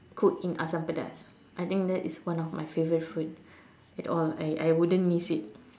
cooked in asam pedas I think that is one of my favourite food at all I I wouldn't miss it